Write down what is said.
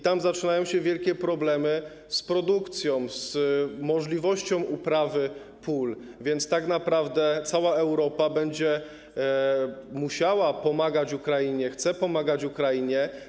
Tam zaczynają się wielkie problemy z produkcją, z możliwością uprawy na polach, więc tak naprawdę cała Europa będzie musiała pomagać Ukrainie, chce pomagać Ukrainie.